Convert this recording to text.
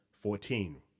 Fourteen